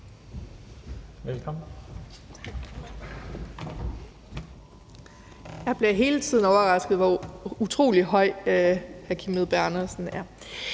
(SF): Jeg bliver hele tiden overrasket over, hvor utrolig høj hr. Kim Edberg Andersen er.